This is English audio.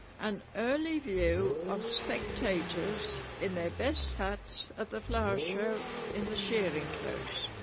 an early view of spectators in their best hats at the flower show in the shearing close